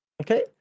okay